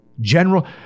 General